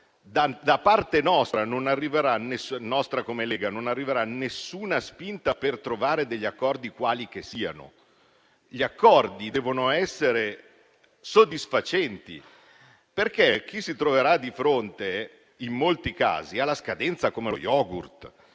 da parte della Lega non arriverà nessuna spinta per trovare degli accordi, quali che siano. Gli accordi devono essere soddisfacenti, perché chi si troverà di fronte, in molti casi, è soggetto a scadenza come lo yogurt.